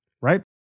right